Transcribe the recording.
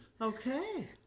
Okay